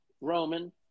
Roman